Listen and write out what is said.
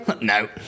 No